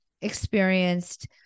experienced